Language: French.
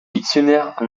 dictionnaires